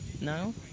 No